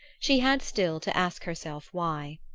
she had still to ask herself why.